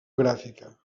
gràfica